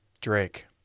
Drake